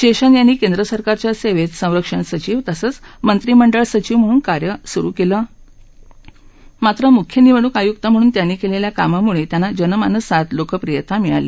शद्धजे यांनी केंद्र सरकारच्या सद्धित संरक्षण सचिव तसंच मंत्रिमंडळ सचिव म्हणून कार्य कले मात्र मुख्य निवडणूक आयुक्त म्हणून त्यांनी कलिल्खा कामामुळत्यिांना जनमानसात लोकप्रियता मिळाली